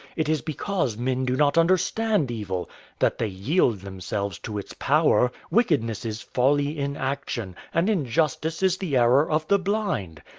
it is because men do not understand evil that they yield themselves to its power. wickedness is folly in action, and injustice is the error of the blind.